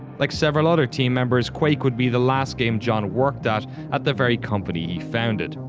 like several other team members, quake would be the last game john worked at, at the very company he founded.